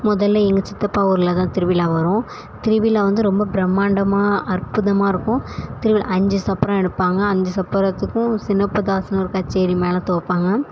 முதல்ல எங்கள் சித்தப்பா ஊரில் தான் திருவிழா வரும் திருவிழா வந்து ரொம்ப பிரம்மாண்டமாக அற்புதமாக இருக்கும் திருவிழா அஞ்சு சப்பரம் எடுப்பாங்க அஞ்சு சப்பரத்துக்கும் சின்னப்பதாசன் ஒரு கச்சேரி மேளத்தை வைப்பாங்க